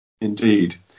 Indeed